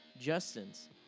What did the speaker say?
Justin's